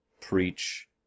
preach